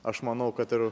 aš manau kad ir